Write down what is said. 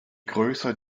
größer